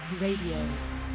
Radio